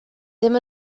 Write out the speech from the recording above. ddim